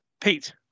Pete